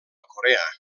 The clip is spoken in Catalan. corea